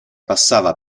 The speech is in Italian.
passava